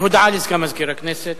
הודעה לסגן מזכירת הכנסת.